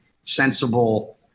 sensible